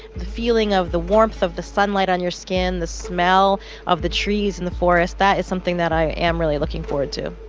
the feeling of the warmth of the sunlight on your skin, the smell of the trees and the forest, that is something that i am really looking forward to